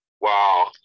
Wow